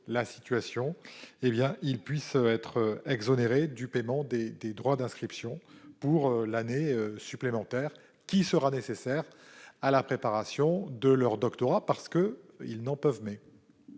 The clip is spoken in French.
qu'ils puissent être exonérés du paiement des droits d'inscription pour l'année supplémentaire qui sera nécessaire à la préparation de leur doctorat. La parole est à M.